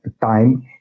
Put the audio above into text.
time